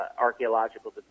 archaeological